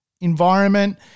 environment